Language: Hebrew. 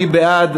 מי בעד?